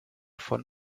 von